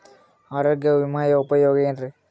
ಆರೋಗ್ಯ ವಿಮೆಯ ಉಪಯೋಗ ಏನ್ರೀ?